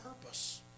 purpose